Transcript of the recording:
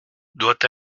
doit